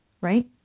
right